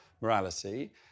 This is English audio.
morality